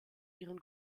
ihren